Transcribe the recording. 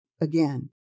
Again